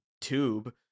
Tube